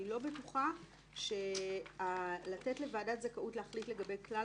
אני לא בטוחה שלתת לוועדת זכאות להחליט לגבי כלל